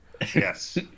Yes